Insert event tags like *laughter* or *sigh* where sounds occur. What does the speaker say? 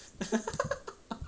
*laughs*